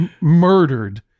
murdered